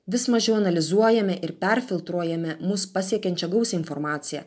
vis mažiau analizuojami ir perfiltruojami mus pasiekiančią gausią informaciją